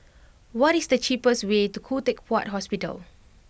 what is the cheapest way to Khoo Teck Puat Hospital